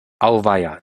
auweia